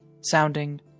sounding